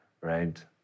right